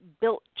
built